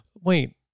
wait